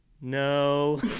No